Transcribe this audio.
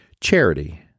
Charity